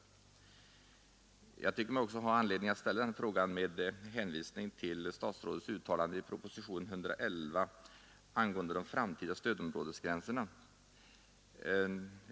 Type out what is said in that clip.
Jag tycker mig ha anledning att ställa den frågan också med hänvisning till statsrådets uttalande i propositionen 111 angående de framtida stödområdesgränserna.